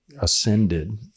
ascended